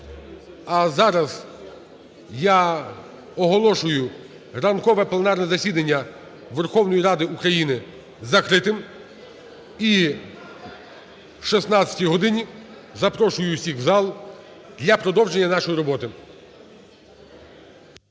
А зараз я оголошую ранкове пленарне засідання Верховної Ради України закритим. І о 16 годині запрошую усіх в зал для продовження нашої роботи.